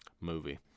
movie